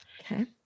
okay